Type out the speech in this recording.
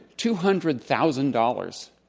two hundred thousand dollars,